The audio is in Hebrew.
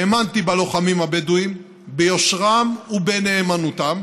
האמנתי בלוחמים הבדואים, ביושרם ובנאמנותם,